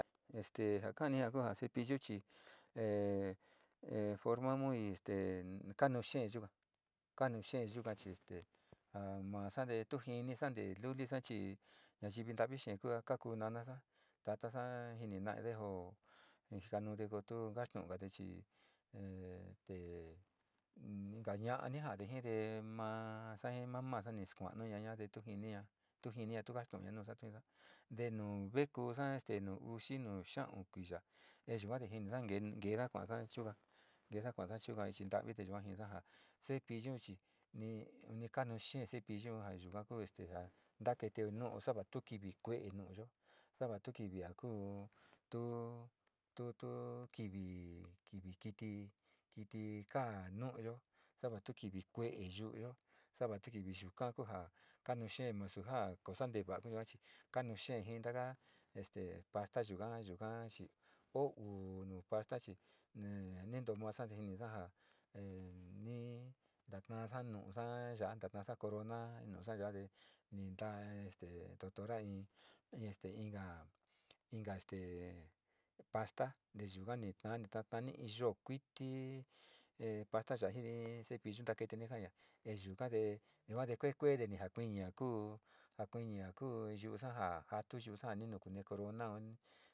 Este njakani na'a kunjan cepillo chí hé, he forma muy este kanuu xhii yunga kanuu che yunga chí este ha ma'a xande tuu njini xande iluli xa'a chí, nachindachi njakuna nanaxa tataxa njina'a ndenjó inka nuuti utu kaxtón kuate chi he te nuka ña'a neka ndejité ha anii mamá kinkuax nuí ñaña ndekiniá tunjinia kaxtonti nuu kuaxtió ninda ndenuu ve'e ko'ó kuxana kuxhi no'o uxi no xaón kii ya'á ndenoxhe ndan ndakendá ajan ndechuga ndejan kuan chindavite chikuan tindanga cepillo chí niikano xhé cepillo njan ni kakuu este najan naketo nóo nava tuu kikue nóo yo'ó, xavatukia kuu tu tutu kivi kivi kiti kiti kan nuu yo'ó xava'a kiti kue yu'ó xava'a tuki kiti kan kuyuá kachen kutunga kuu xuá ndeva'a kuu yuá chii kande nuu xhé'e innga este pasta yuu ngan yuu ngan chí o uu no pasta yí heinonmaxa ninondaga he nii ndakan xa'a nuu xa'á, nayanda ta'a corona nuu xa'ayangue ninda doctor nra iin este inga inga este pasta ndeyungani tantani iin yo'ó kuti he pasta ya'a njini cepillo ndakete ndaña he yuu kande yuukua kua ninjanda kuña'a kuu a kuña'a kuu yúu tanja taxu yúu njani nakune corona oni.